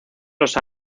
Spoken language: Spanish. los